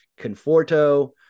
Conforto